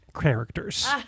characters